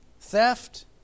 Theft